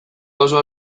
oso